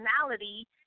personality